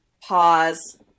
pause